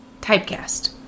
typecast